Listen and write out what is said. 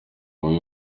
mubi